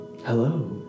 Hello